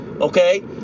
Okay